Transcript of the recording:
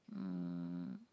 um